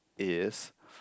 is